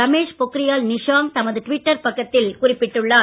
ரமேஷ் பொக்ரியால் நிஷாங்க் தமது ட்விட்டர் பக்கத்தில் குறிப்பிட்டுள்ளார்